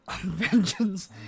Vengeance